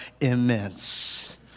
immense